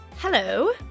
Hello